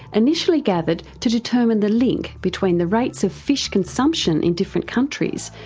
initially gathered to determine the link between the rates of fish consumption in different countries,